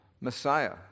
Messiah